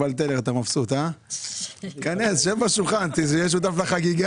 זאת תוכנית שמתגבשת היום בממשלה בשיתוף עם קופות החולים,